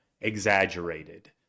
exaggerated